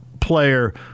player